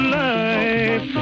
life